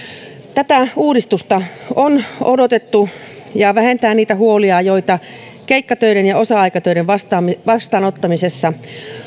tätä uudistusta on odotettu ja se vähentää niitä huolia joita keikkatöiden ja osa aikatöiden vastaanottamisessa